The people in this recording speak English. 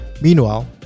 Meanwhile